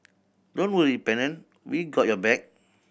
don't worry Pennant we got your back